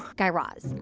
guy raz,